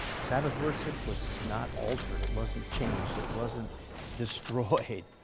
sabbath worship was not altered, it wasn't changed, it wasn't destroyed.